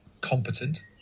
competent